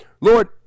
Lord